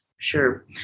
Sure